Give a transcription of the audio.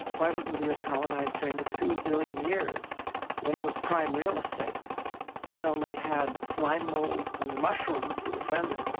why wasn't the earth colonized during the two billion years when it was prime real estate and only had slime molds and mushrooms to defend it?